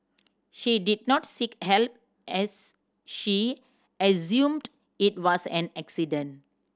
she did not seek help as she assumed it was an accident